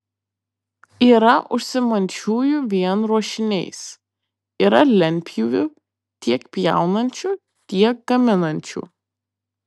yra užsiimančiųjų vien ruošiniais yra lentpjūvių tiek pjaunančių tiek gaminančių